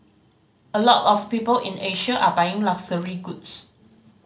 a lot of people in Asia are buying luxury goods